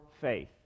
faith